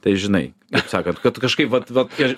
tai žinai kaip sakant kad kažkaip vat vat ir